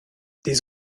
des